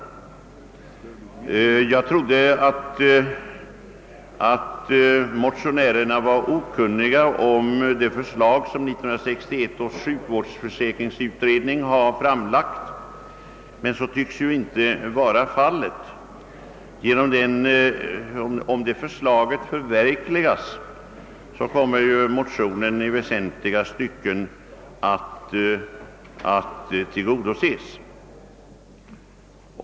Jag trodde att motionärerna var okunniga om det förslag som 1961 års sjukförsäkringsutredning framlagt, men så tycks ju inte vara fallet. Förverkligas det förslaget kommer motionen i väsentliga stycken att tillgodoses.